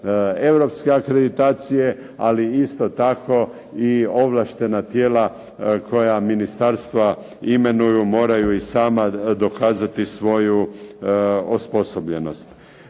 Europske akreditacije, ali isto tako i ovlaštena tijela koja ministarstva imenuju moraju i sama dokazati svoju osposobljenost.